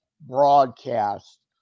broadcast